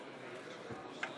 נוכח?